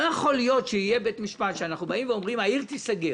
לא יכול להיות שאם אנחנו באים ואומרים שהעיר תיסגר